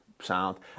Sound